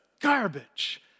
garbage